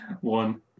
One